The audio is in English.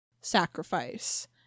sacrifice